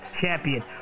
Champion